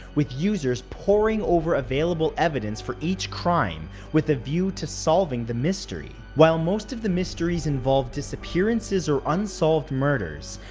with users poring over available evidence for each crime with the view to solving the mystery. while most of the mysteries involve disappearances or unsolved murders,